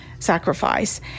sacrifice